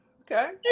okay